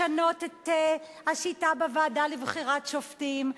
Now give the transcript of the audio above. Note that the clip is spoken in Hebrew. לשנות את השיטה בוועדה לבחירת שופטים,